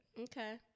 Okay